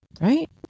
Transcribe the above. right